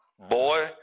boy